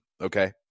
Okay